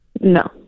No